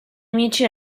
amici